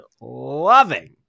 loving